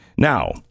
Now